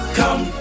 come